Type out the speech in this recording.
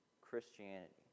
Christianity